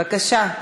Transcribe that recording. בבקשה,